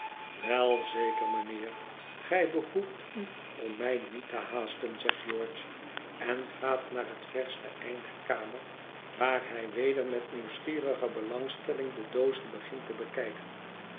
wel zeker mijnheer gij behoeft u om mij niet te haasten zegt george en gaat naar het verste eind der kamer waar hij weder met nieuwsgierige belangstelling de doozen begint te bekijken